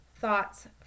Thoughts